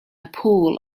pool